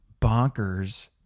bonkers